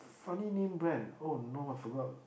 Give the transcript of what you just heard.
funny name brand oh no I forgot